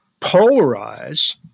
polarize